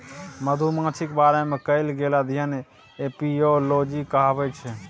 मधुमाछीक बारे मे कएल गेल अध्ययन एपियोलाँजी कहाबै छै